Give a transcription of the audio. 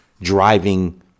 driving